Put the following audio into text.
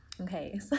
Okay